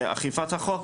אכיפת החוק,